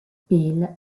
bill